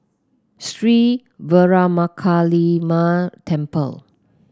Sri Veeramakaliamman Temple